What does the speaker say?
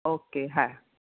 okay હા